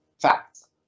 facts